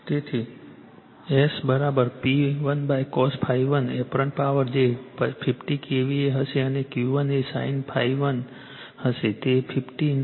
તેથી S1 P1 cos1 apparent power જે 50 KVA હશે અને Q1 એ S1 sin1 હશે તે 50 0